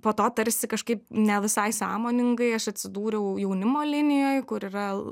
po to tarsi kažkaip ne visai sąmoningai aš atsidūriau jaunimo linijoj kur yra